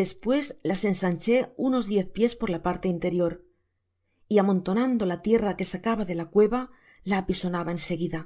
despues las ensanché unos diez pies por la parte interior y amontonando la tierra que sacaba de la cueva la apisonaba en seguida